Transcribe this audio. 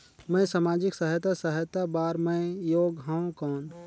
मैं समाजिक सहायता सहायता बार मैं योग हवं कौन?